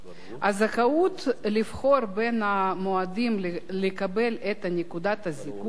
הזכאות לבחור בין המועדים לקבל את נקודת הזיכוי תהיה